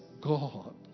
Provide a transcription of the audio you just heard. God